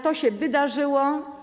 To się wydarzyło.